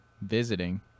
visiting